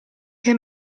che